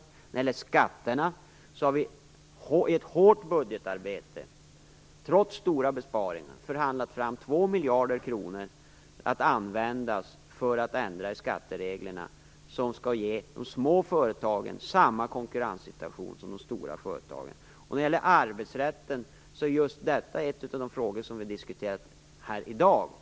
När det gäller skatterna har vi i ett hårt budgetarbete trots stora besparingar förhandlat fram 2 miljarder kronor att användas för att ändra i skattereglerna; detta för att ge de små företagen samma konkurrenssituation som de stora företagen. Arbetsrätten är just en av de frågor som diskuterats här i dag.